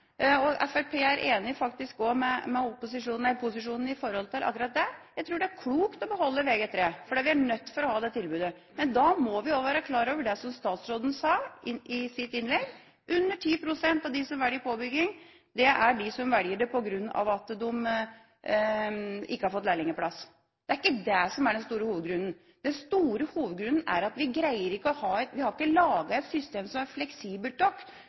er enig med posisjonen når det gjelder akkurat det. Jeg tror det er klokt å beholde Vg3, for vi er nødt til å ha et slikt tilbud. Men da må vi også være klar over det som statsråden sa i sitt innlegg: Under 10 pst. av dem som velger påbygging, velger det på grunn av at de ikke har fått lærlingplass. Det er ikke dette som er den store hovedgrunnen. Den store hovedgrunnen er at vi ikke har laget et system som er fleksibelt nok, et system som